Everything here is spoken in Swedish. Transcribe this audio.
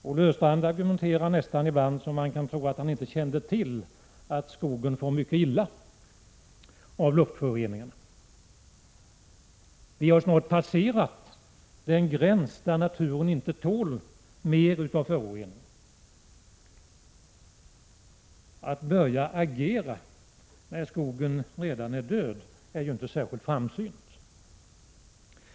Olle Östrand argumenterar ibland nästan så att man skulle kunna tro att han inte känner till att skogen far mycket illa av luftföroreningarna. Vi har snart passerat gränsen för vad naturen tål i form av föroreningar. Att börja agera när skogen redan är död är inte särskilt framsynt.